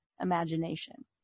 imagination